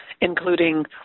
including